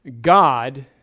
God